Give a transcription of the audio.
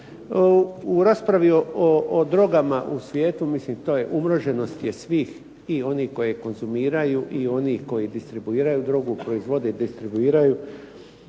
U raspravi o drogama u svijetu, mislim to je ugroženost je svih i onih koji je konzumiraju i onih koji distribuiraju i proizvode drogu.